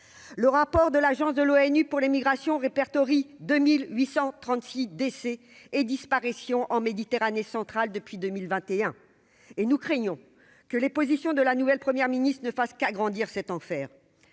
le rapport de l'Agence de l'ONU pour les migrations répertorie 2836 décès et disparitions en Méditerranée centrale depuis 2021 et nous craignons que les positions de la nouvelle Première ministre ne fasse qu'agrandir cet enfer,